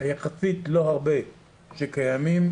ויחסית לא הרבה עובדים ישראליים שקיימים,